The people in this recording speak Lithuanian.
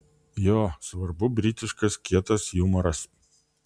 jo svarbu britiškas kietas jumoras